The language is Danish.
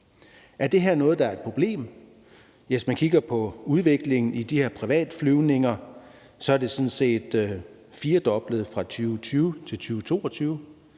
Er det her noget, der er et problem? Hvis man kigger på udviklingen i de her privatflyvninger, er antallet sådan set firedoblet fra 2020 til 2022.